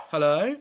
Hello